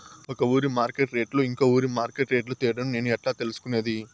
ఒక ఊరి మార్కెట్ రేట్లు ఇంకో ఊరి మార్కెట్ రేట్లు తేడాను నేను ఎట్లా తెలుసుకునేది?